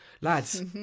Lads